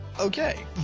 okay